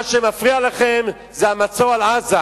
מה שמפריע לכם זה המצור על עזה.